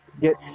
get